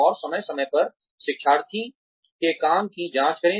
और समय समय पर शिक्षार्थी के काम की जाँच करें